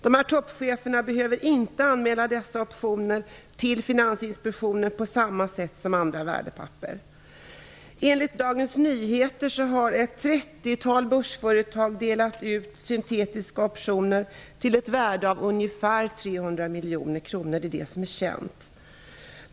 Dessa toppchefer behöver inte anmäla optionerna till Finansinspektionen på samma sätt som gäller för andra värdepapper. Enligt Dagens Nyheter har ett 30-tal börsföretag delat ut syntetiska optioner till ett värde av ungefär 300 miljoner kronor -- det är vad som är känt.